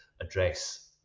address